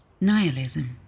Nihilism